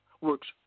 works